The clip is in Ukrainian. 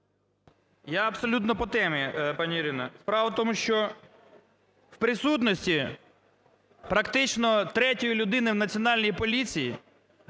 Я абсолютно по темі, пані Ірино. Справа в тому, що в присутності практично третьої людини в Національній поліції